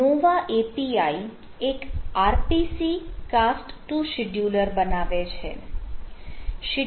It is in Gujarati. નોવા API એક RPC કાસ્ટ ટુ શિડયુલર બનાવે છે